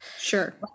Sure